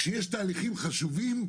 כשיש תהליכים חשובים,